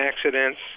accidents